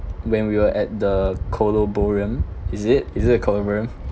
when we were at the columbarium is it is it a columbarium